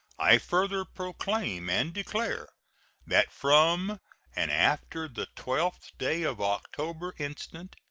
i further proclaim and declare that from and after the twelfth day of october instant,